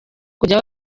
kujya